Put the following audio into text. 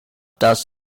dass